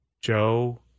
Joe